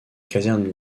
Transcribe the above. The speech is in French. casernes